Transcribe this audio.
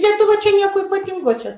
lietuva čia nieko ypatingo čia